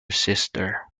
sister